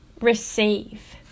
receive